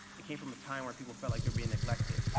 it came from a time when people felt like they were being neglected,